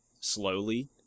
slowly